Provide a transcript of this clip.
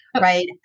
Right